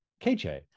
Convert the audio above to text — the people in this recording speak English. KJ